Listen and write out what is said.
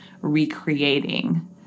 recreating